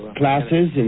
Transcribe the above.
classes